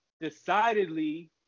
decidedly